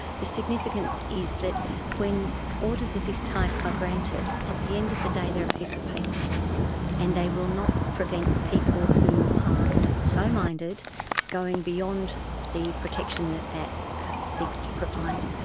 the significance is that when orders of this type are granted, at the end of the day they are a piece of paper and they will not prevent people who are so minded going beyond the protection that that seeks to provide.